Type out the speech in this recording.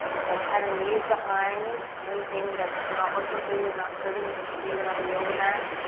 go ahead and leave behind anything that's not working for you, not serving you. you can just leave it on the yoga mat.